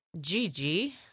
Gigi